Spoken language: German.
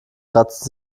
kratzte